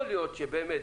יכול להיות שבאמת,